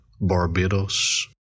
Barbados